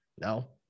No